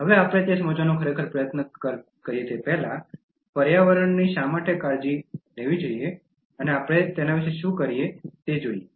હવે આપણે તે સમજવાનો ખરેખર પ્રયત્ન કરતા પહેલા આપણે પર્યાવરણની શા માટે કાળજી લેવી જોઈએ અને આપણે તેના વિશે શું કરી શકીએ છીએ